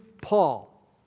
Paul